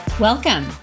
Welcome